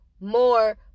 more